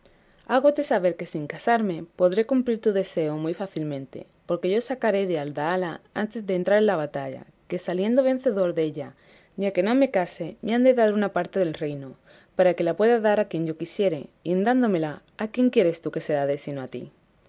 hágote saber que sin casarme podré cumplir tu deseo muy fácilmente porque yo sacaré de adahala antes de entrar en la batalla que saliendo vencedor della ya que no me case me han de dar una parte del reino para que la pueda dar a quien yo quisiere y en dándomela a quién quieres tú que la dé sino a ti